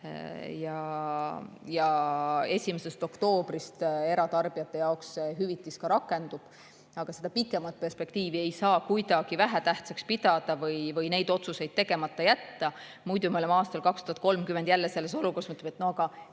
ja 1. oktoobrist eratarbijate jaoks see hüvitis rakendub. Aga pikemat perspektiivi ei saa kuidagi vähetähtsaks pidada või neid otsuseid tegemata jätta. Muidu me oleme aastal 2030 jälle selles olukorras, et mõtleme, et miks me